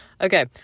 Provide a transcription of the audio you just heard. Okay